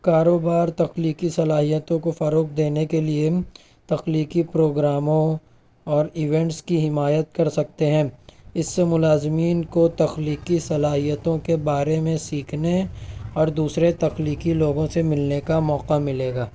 کاروبار تخلیقی صلاحیتوں کو فروغ دینے کے لیے تخلیقی پروگراموں اور ایونٹس کی حمایت کر سکتے ہیں اس سے ملازمین کو تخلیقی صلاحیتوں کے بارے میں سیکھنے اور دوسرے تخلیقی لوگوں سے ملنے کا موقعہ ملے گا